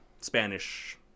Spanish